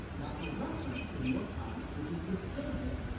now for reference, the new york times, which has been killing it,